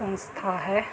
ਸੰਸਥਾ ਹੈ